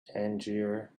tangier